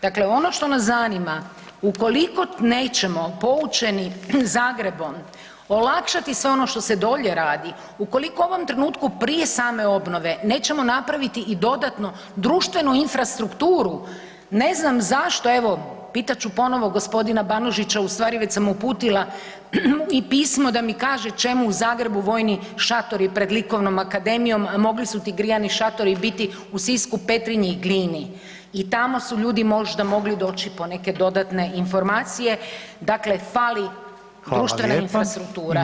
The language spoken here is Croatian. Dakle, ono što nas zanima, ukoliko nećemo poučeni Zagrebom olakšati sve ono što se dolje radi, ukoliko u ovom trenutku prije same obnove nećemo napraviti i dodatno društvenu infrastrukturu, ne znam zašto, evo pitat ću ponovo g. Banožića, u stvari već sam uputila mu i pismo da mi kaže čemu u Zagrebu vojni šatori pred Likovnom akademijom, mogli su ti grijani šatori biti u Sisku, Petrinji i Glini i tamo su ljudi možda mogli doći po neke dodatne informacije, dakle fali društvena infrastruktura.